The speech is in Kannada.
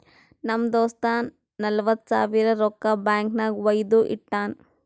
ನಮ್ ದೋಸ್ತ ನಲ್ವತ್ ಸಾವಿರ ರೊಕ್ಕಾ ಬ್ಯಾಂಕ್ ನಾಗ್ ವೈದು ಇಟ್ಟಾನ್